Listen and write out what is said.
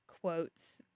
quotes